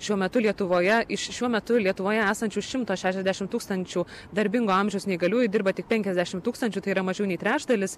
šiuo metu lietuvoje iš šiuo metu lietuvoje esančių šimto šešiasdešim tūkstančių darbingo amžiaus neįgaliųjų dirba tik penkiasdešim tūkstančių tai yra mažiau nei trečdalis